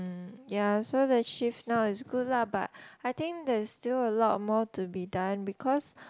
ya so the shift now is good lah but I think there's still a lot more to be done because